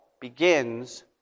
begins